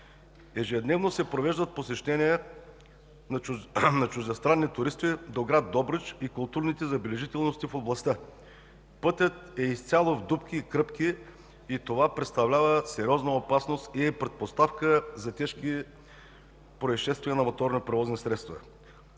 Ежедневно се провеждат посещения на чуждестранни туристи до гр. Добрич и културните забележителности в областта. Пътят е изцяло в дупки и кръпки и това представлява сериозна опасност и е предпоставка за тежки произшествия на моторни превозни средства.